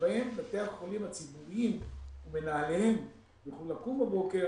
שבו בתי החולים הציבוריים ומנהליהם יוכלו לקום בבוקר